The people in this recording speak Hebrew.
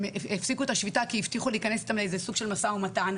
הם הפסיקו את השביתה כי הבטיחו להיכנס איתם לסוג של משא ומתן.